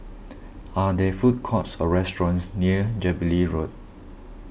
are there food courts or restaurants near Jubilee Road